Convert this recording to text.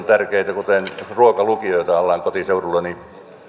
tärkeitä kuten ruokalukio jota ollaan kotiseudullani